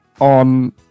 on